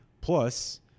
plus